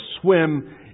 swim